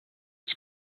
its